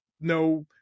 no